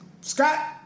Scott